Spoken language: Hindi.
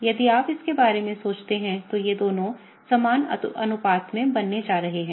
यदि आप इसके बारे में सोचते हैं तो ये दोनों समान अनुपात में बनने जा रहे हैं